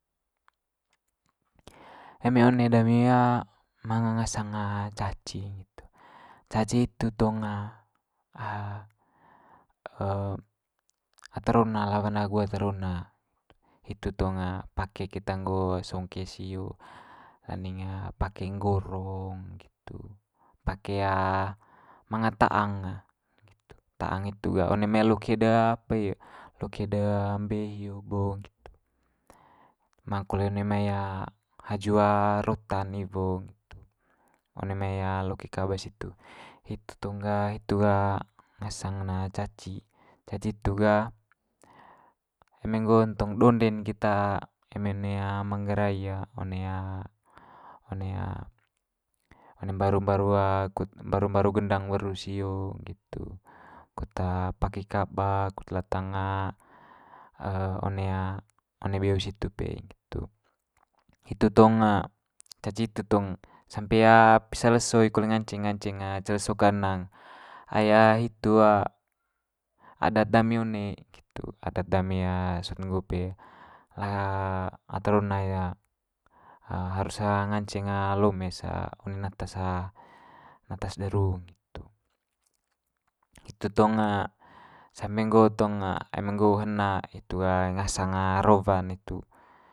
eme one dami manga ngasang caci nggitu. Caci hitu tong ata rona lawan agu ata rona, hitu tong pake keta nggo songke sio, landing pake nggorong nggitu pake manga ta'ang nggitu. Ta'ang hitu ga one mai loke de loke de mbe hio bo nggitu, ma kole one mai haju rotan iwo nggitu, one mai loke kaba situ. Hitu tong ga hitu ngasang ne caci, caci hitu ga eme nggo'n tong donde'n keta eme one manggarai one one one mbaru mbaru kut mbaru mbaru gendang weru sio, nggitu. Kut paki kaba kut latang one one beo situ pe, nggitu. hitu tong caci hitu tong sampe pisa leso i kole i nganceng nganceng nganceng ce leso kanang ai hitu adat dami one nggitu adat dami sot nggo pe ata rona harus nganceng lomes one natas natas de ru nggitu. Hitu tong sampe nggo tong eme nggo hena hitu ngasang rowa'n hitu.